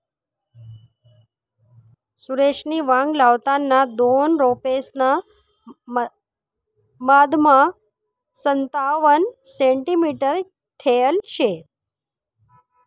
सुरेशनी वांगा लावताना दोन रोपेसना मधमा संतावण सेंटीमीटर ठेयल शे